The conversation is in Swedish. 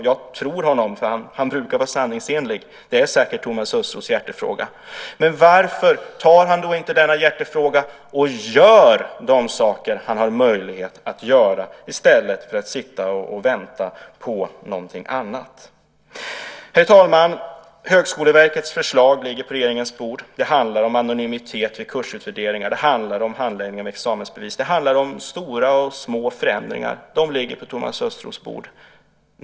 Jag tror honom, för han brukar vara sanningsenlig. Det är säkert Thomas Östros hjärtefråga. Men varför gör han inte de saker han har möjlighet att göra i stället för att sitta och vänta på någonting annat? Herr talman! Högskoleverkets förslag ligger på regeringens bord. Det handlar om anonymitet vid kursutvärderingar. Det handlar om handläggningen av examensbevis. Det handlar om stora och små förändringar. De ligger på Thomas Östros bord.